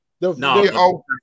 No